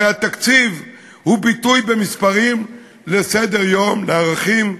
הרי התקציב הוא ביטוי במספרים לסדר-יום, לערכים,